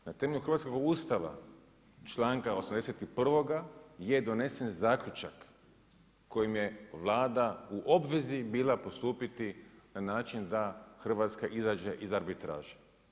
Na temelju hrvatskog Ustava, članka 81. je donesen zaključak kojim je Vlada u obvezi bila postupiti na način da Hrvatska izađe iz arbitraže.